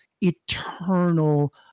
eternal